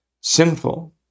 sinful